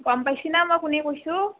গম পাইছিনা মই কোনে কৈছোঁ